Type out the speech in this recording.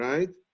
Right